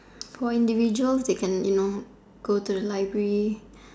for individuals they can you know go to the library